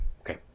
Okay